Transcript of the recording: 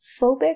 phobic